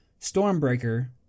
Stormbreaker